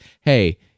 hey